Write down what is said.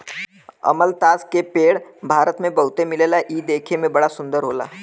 अमलतास के पेड़ भारत में बहुते मिलला इ देखे में बड़ा सुंदर होला